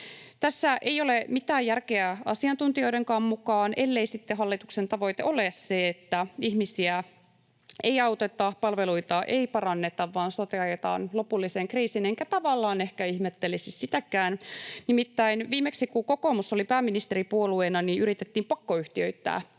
Tässä ei ole mitään järkeä asiantuntijoidenkaan mukaan, ellei sitten hallituksen tavoite ole se, että ihmisiä ei auteta, palveluita ei paranneta, vaan sote ajetaan lopulliseen kriisiin. Enkä tavallaan ehkä ihmettelisi sitäkään, nimittäin viimeksi kun kokoomus oli pääministeripuolueena, yritettiin pakkoyhtiöittää